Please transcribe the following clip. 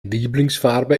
lieblingsfarbe